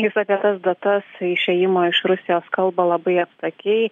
jis apie tas datas išėjimo iš rusijos kalba labai aptakiai